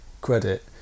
credit